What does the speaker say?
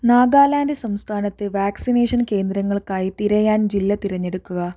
നാഗാലാൻഡ് സംസ്ഥാനത്ത് വാക്സിനേഷൻ കേന്ദ്രങ്ങൾക്കായി തിരയാൻ ജില്ല തിരഞ്ഞെടുക്കുക